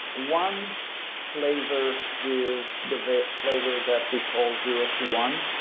one flavor is the flavor that we call zero to one.